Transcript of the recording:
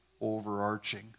overarching